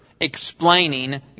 explaining